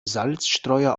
salzstreuer